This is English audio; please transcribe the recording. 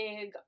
big